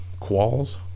Qualls